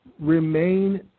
remain